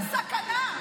זאת סכנה,